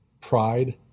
pride